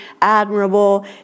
admirable